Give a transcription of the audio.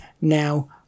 now